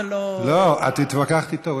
זה לא, לא, את התווכחת איתו.